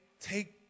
take